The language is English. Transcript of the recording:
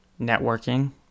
networking